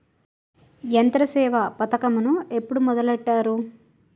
యంత్రసేవ పథకమును ఎప్పుడు మొదలెట్టారు?